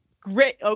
great